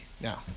Now